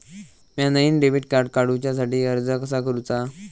म्या नईन debit card काडुच्या साठी अर्ज कसा करूचा?